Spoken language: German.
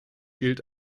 gilt